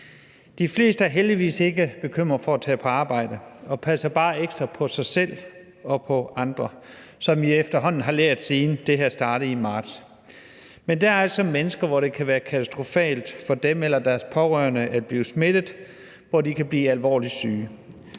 De fleste er heldigvis ikke bekymret for at tage på arbejde og passer bare ekstra på sig selv og på andre, som vi efterhånden har lært det, siden det her startede i marts. Men der er altså mennesker, hvor det kan være katastrofalt for dem eller deres pårørende at blive smittet, og hvor de kan blive alvorligt syge.